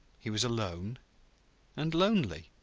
he was alone and lonely.